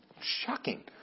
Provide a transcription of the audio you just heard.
Shocking